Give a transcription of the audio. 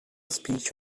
speech